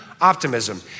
optimism